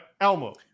Elmo